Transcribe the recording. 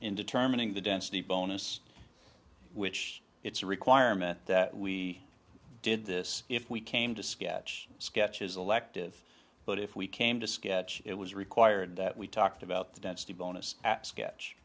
in determining the density bonus which it's a requirement that we did this if we came to sketch sketches elective but if we came to sketch it was required that we talked about the density bonus at